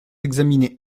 examiné